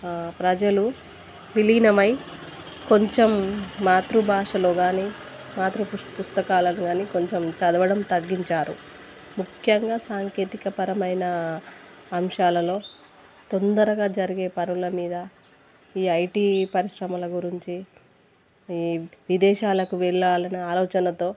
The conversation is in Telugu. ప్రజలు విలీనమై కొంచెం మాతృభాషలో కానీ మాతృ పు పుస్తకాలను కానీ కొంచెం చదవడం తగ్గించారు ముఖ్యంగా సాంకేతిక పరమైన అంశాలలో తొందరగా జరిగే పనుల మీద ఈ ఐటీ పరిశ్రమల గురించి ఈ విదేశాలకు వెళ్ళాలనే ఆలోచనతో